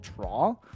draw